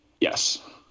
Yes